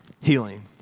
healing